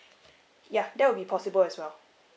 ya that will be possible as well